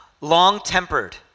long-tempered